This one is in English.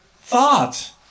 thought